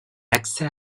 accès